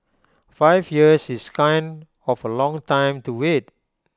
five years is kind of A long time to wait